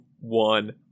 one